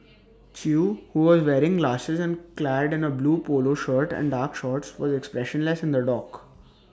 chew who was wearing glasses and clad in A blue Polo shirt and dark shorts was expressionless in the dock